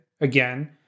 Again